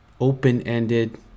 open-ended